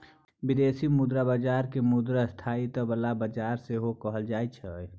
बिदेशी मुद्रा बजार केँ मुद्रा स्थायित्व बला बजार सेहो कहल जाइ छै